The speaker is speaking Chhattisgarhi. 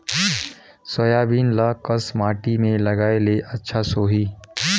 सोयाबीन ल कस माटी मे लगाय ले अच्छा सोही?